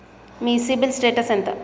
మీ CIBIL status ఎంత?